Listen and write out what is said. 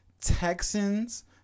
Texans